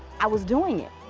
i was doing it.